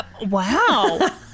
Wow